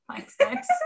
thanks